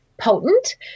potent